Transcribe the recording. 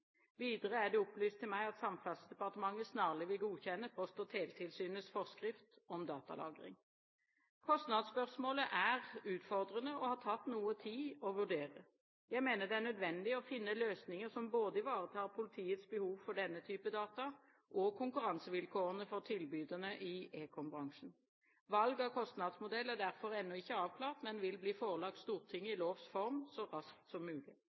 Videre er det opplyst til meg at Samferdselsdepartementet snarlig vil godkjenne Post- og teletilsynets forskrift om datalagring. Kostnadsspørsmålet er utfordrende og har tatt noe tid å vurdere. Jeg mener det er nødvendig å finne løsninger som både ivaretar politiets behov for denne type data og konkurransevilkårene for tilbyderne i ekombransjen. Valg av kostnadsmodell er derfor ennå ikke avklart, men vil bli forelagt Stortinget i lovs form så raskt som mulig.